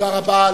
תודה רבה.